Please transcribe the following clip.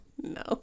No